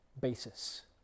basis